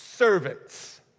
Servants